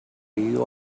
you